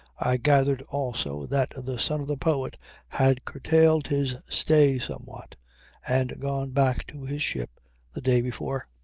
i gathered also that the son of the poet had curtailed his stay somewhat and gone back to his ship the day before.